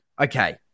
okay